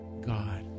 God